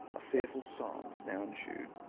a fearful silence now ensued,